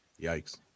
Yikes